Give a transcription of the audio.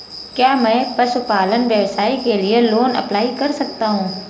क्या मैं पशुपालन व्यवसाय के लिए लोंन अप्लाई कर सकता हूं?